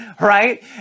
Right